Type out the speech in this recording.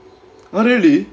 oh really